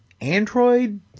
android